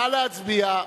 נא להצביע.